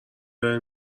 داره